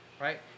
right